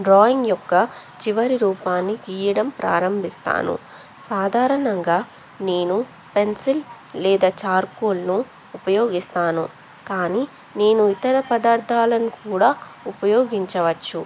drawing యొక్క చివరి రూపాన్ని గీయడం ప్రారంభిస్తాను సాధారణంగా నేను పెన్సిల్ లేదా చార్కోల్ను ఉపయోగిస్తాను కానీ నేను ఇతర పదార్థాలను కూడా ఉపయోగించవచ్చు